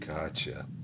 Gotcha